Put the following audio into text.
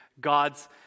God's